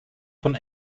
von